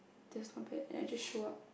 that's not bad and I just show up